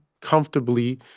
comfortably